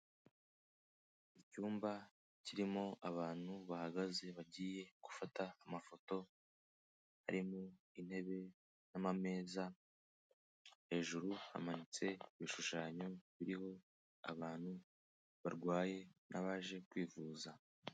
Icyumba kirimo abantu bahagaze bagiye gufata amafoto arimo intebe n'amameza, hejuru hamanitse ibishushanyo biriho abantu barwaye n'abaje kwivuza.